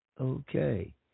Okay